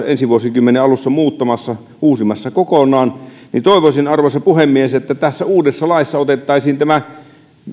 ensi vuosikymmenen alussa muuttamassa uusimassa kokonaan niin toivoisin arvoisa puhemies että uudessa laissa otettaisiin